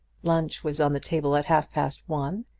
lunch was on the table at half-past one,